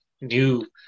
new